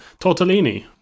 tortellini